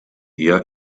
eher